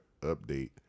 update